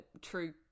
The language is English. true